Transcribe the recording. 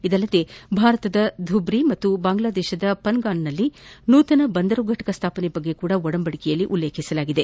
ಇದಲ್ಲದೆ ಭಾರತದ ಧುಬ್ರಿ ಮತ್ತು ಬಾಂಗ್ಲಾದೇಶದ ಪನ್ಗಾನ್ನಲ್ಲಿ ನೂತನ ಬಂದರು ಘಟಕ ಸ್ಥಾಪನೆ ಬಗ್ಗೆಯೂ ಒಡಂಬಡಿಕೆಯಲ್ಲಿ ಉಲ್ಲೇಖಿಸಲಾಗಿದೆ